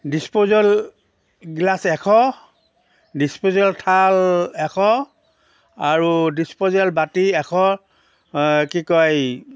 disposal glass এশ disposable ঠাল এশ আৰু ডিচপ'জেল বাতি এশ কি কয়